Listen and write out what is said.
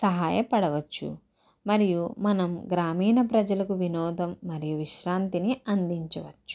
సహాయ పడవచ్చు మరియు మనం గ్రామీణ ప్రజలకు వినోదం మరియు విశ్రాంతిని అందించవచ్చు